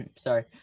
Sorry